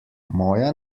moja